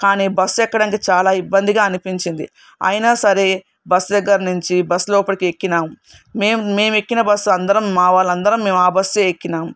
కానీ బస్సు ఎక్కడానికి చాలా ఇబ్బందిగా అనిపించింది అయినా సరే బస్సు దగ్గర నుంచి బస్సు లోపలికి ఎక్కినాం మేం మేము ఎక్కిన బస్సు అందరం మా వాళ్ళందరం మేము ఆ బస్సే ఎక్కినాం